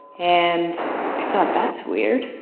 and i thought, that's weird.